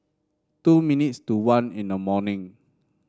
two minutes to one in the morning